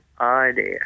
idea